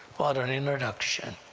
but an introduction.